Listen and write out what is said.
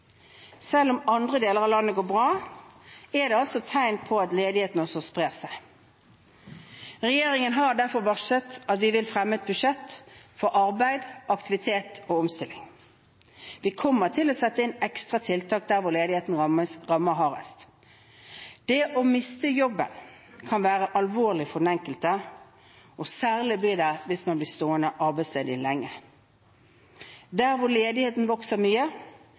Selv om andre deler av landet går bra, er det tegn på at ledigheten også sprer seg. Regjeringen har derfor varslet at vi vil fremme et budsjett for arbeid, aktivitet og omstilling. Vi kommer til å sette inn ekstra tiltak der hvor ledigheten rammer hardest. Det å miste jobben kan være alvorlig for den enkelte, og særlig hvis man blir gående arbeidsledig lenge. Der hvor ledigheten vokser mye,